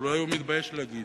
אבל אולי הוא מתבייש להגיד.